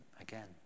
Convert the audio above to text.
again